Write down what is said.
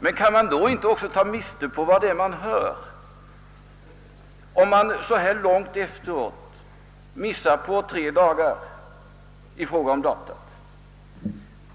Men kan man inte också ta miste på det man hör, om man så här långt efteråt missar på tre dagar i fråga om datum?